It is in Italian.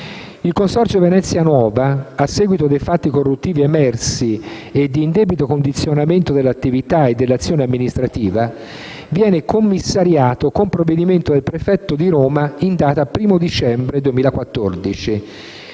Il Consorzio Venezia nuova, a seguito dei fatti corruttivi emersi e di indebito condizionamento dell'attività e dell'azione amministrativa, venne commissariato con provvedimento del prefetto di Roma in data 1° dicembre 2014.